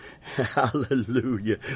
Hallelujah